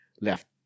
left